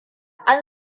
an